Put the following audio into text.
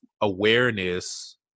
awareness